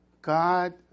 God